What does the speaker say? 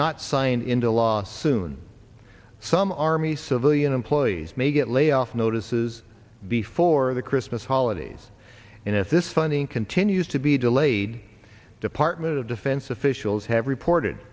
not signed into law soon some army civilian employees may get layoff notices before the christmas holidays and if this funding continues to be delayed department of defense officials have reported